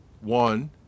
one